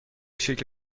شکل